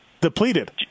Depleted